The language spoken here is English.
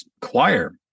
choir